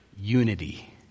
unity